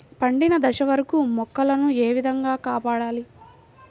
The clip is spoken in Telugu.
పండిన దశ వరకు మొక్కల ను ఏ విధంగా కాపాడాలి?